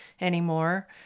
anymore